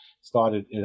started